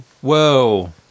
Whoa